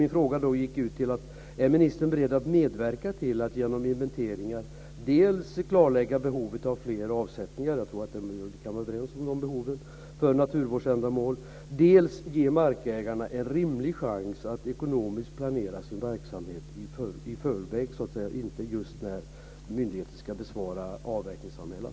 Min fråga gick ut på om ministern är beredd att medverka till att genom inventeringar dels klarlägga behovet av flera avsättningar - jag tror att vi kan vara överens om de behoven - för naturvårdsändamål, dels ge markägarna en rimlig chans att ekonomiskt planera sin verksamhet i förväg, inte just när myndigheten ska besvara avverkningsanmälan.